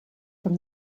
from